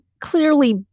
clearly